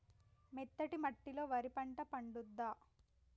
మెత్తటి మట్టిలో వరి పంట పండుద్దా?